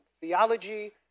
theology